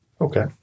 Okay